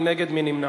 מי נגד?